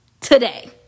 Today